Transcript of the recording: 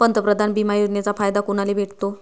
पंतप्रधान बिमा योजनेचा फायदा कुनाले भेटतो?